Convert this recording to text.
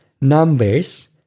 numbers